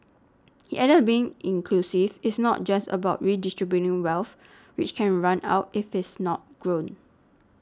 he added being inclusive is not just about redistributing wealth which can run out if it is not grown